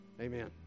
Amen